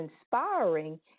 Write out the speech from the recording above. inspiring